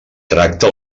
tracta